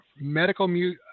medical